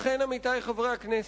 לכן, עמיתי חברי הכנסת,